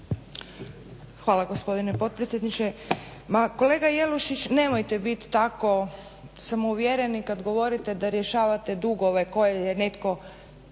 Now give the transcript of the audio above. Hvala gospodine potpredsjedniče. Ma kolega Jelušić nemojte biti tako samouvjereni kad govorite da rješavate dugove koje je netko